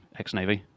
ex-Navy